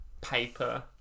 paper